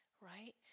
right